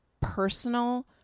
personal